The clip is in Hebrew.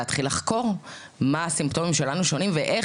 להתחיל לחקור מה הסימפטומים שלנו שונים ואיך